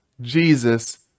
Jesus